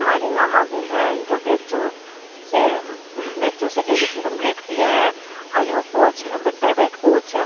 हमारी मामा भी हैं जो बी एच चू से बी एच चू से ग्रेजुएशन कम्पलीट किए हैं आज वो कोच हैं बट प्राइवेट कोच